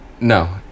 No